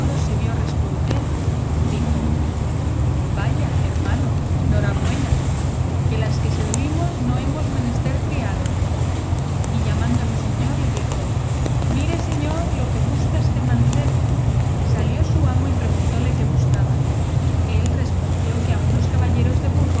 vio responder dijo vaya hermano norabuena que las que servimos no hemos menester criados y llamando a su señor le dijo mire señor lo que busca este mancebo salió su amo y preguntóle qué buscaba él respondió que a unos caballeros de